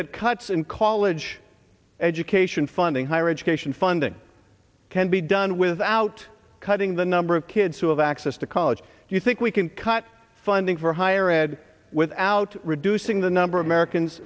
that cuts in college education funding higher education funding can be done without cutting the number of kids who have access to college do you think we can cut funding for higher said without reducing the number of americans